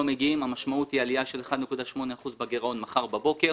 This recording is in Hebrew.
מגיעים היא עלייה של 1.8% בגירעון מחר בבוקר.